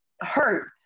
hurt